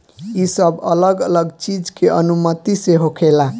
ई सब अलग अलग चीज के अनुमति से होखेला